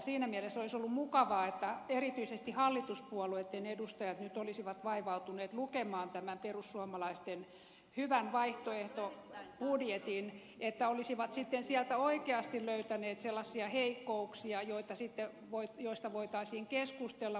siinä mielessä olisi ollut mukavaa että erityisesti hallituspuolueitten edustajat nyt olisivat vaivautuneet lukemaan tämän perussuomalaisten hyvän vaihtoehtobudjetin että olisivat sitten sieltä oikeasti löytäneet sellaisia heikkouksia joista voitaisiin keskustella